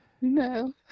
No